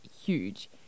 huge